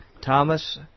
Thomas